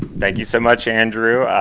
thank you so much, andrew.